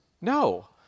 No